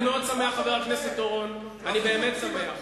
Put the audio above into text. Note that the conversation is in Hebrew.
אני מאוד שמח, חבר הכנסת אורון, אני באמת שמח.